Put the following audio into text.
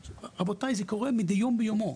רבותיי, זה קורה מדי יום ביומו.